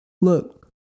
Look